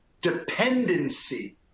dependency